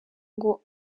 ngo